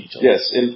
Yes